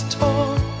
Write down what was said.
talk